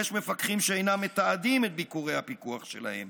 יש מפקחים שאינם מתעדים את ביקורי הפיקוח שלהם,